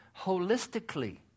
holistically